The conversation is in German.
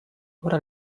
oder